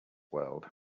world